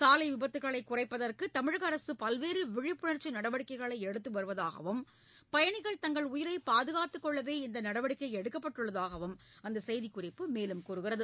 சாலை விபத்துக்களை குறைப்பதற்கு தமிழக அரசு பல்வேறு விழிப்புணர்ச்சி நடவடிக்கைகளை எடுத்து வருவதாகவும் பயணிகள் தங்கள் உயிரை பாதுகாத்துக் கொள்ளவே இந்த நடவடிக்கை எடுக்கப்பட்டுள்ளதாகவும் அந்த செய்திக்குறிப்பு மேலும் தெரிவிக்கிறது